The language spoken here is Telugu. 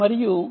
మరియు 5